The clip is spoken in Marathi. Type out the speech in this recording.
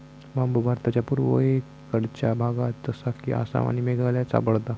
बांबु भारताच्या पुर्वेकडच्या भागात जसा कि आसाम आणि मेघालयात सापडता